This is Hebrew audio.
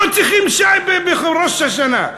לא צריכים שי בראש השנה,